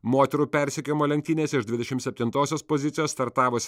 moterų persekiojimo lenktynėse iš dvidešim septintosios pozicijos startavusi